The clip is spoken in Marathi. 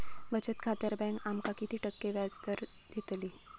बचत खात्यार बँक आमका किती टक्के व्याजदर देतली?